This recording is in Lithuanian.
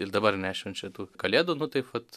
ir dabar nešvenčia tų kalėdų nu taip vat